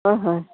হয় হয়